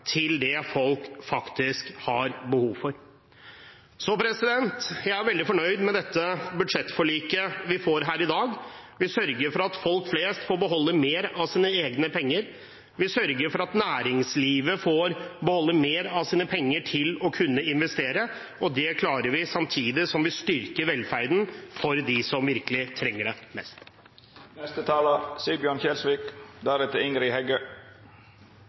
til det folk faktisk har behov for. Jeg er veldig fornøyd med det budsjettforliket vi får her i dag. Vi sørger for at folk flest får beholde mer av sine egne penger, vi sørger for at næringslivet får beholde mer av sine penger til å kunne investere, og det klarer vi samtidig som vi styrker velferden for dem som virkelig trenger det